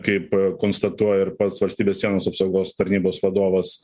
kaip konstatuoja ir pats valstybės sienos apsaugos tarnybos vadovas